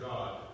God